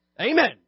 amen